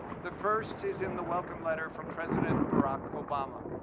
the first is in the welcome letter from president barack obama,